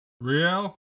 Real